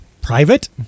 private